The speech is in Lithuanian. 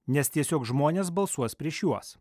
nes tiesiog žmonės balsuos prieš juos